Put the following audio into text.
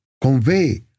Convey